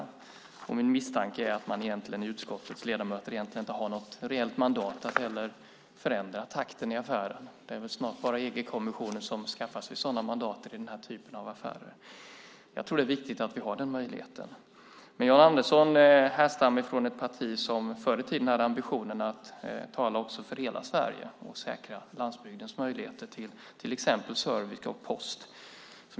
Min misstanke är att utskottets ledamöter egentligen inte heller har något reellt mandat att förändra takten i affären. Det är väl snart bara EG-kommissionen som skaffar sig sådana mandat i den här typen av affärer. Jag tror att det är viktigt att vi har den möjligheten. Jan Andersson härstammar från ett parti som förr i tiden hade ambitionen att tala för hela Sverige och säkra landsbygdens möjligheter till exempelvis service och post.